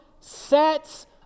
sets